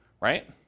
right